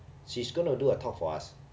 she's gonna do a talk for us